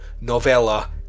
novella